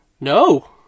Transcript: No